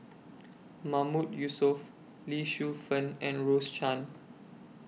Mahmood Yusof Lee Shu Fen and Rose Chan